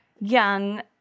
young